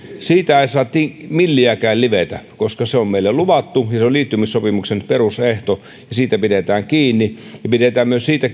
siitä ei saa milliäkään livetä koska se on meille luvattu ja se on liittymissopimuksen perusehto niin siitä pidetään kiinni ja pidetään myös siitä